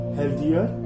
healthier